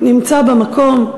נמצא במקום,